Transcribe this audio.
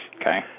Okay